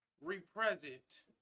Represent